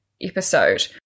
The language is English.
episode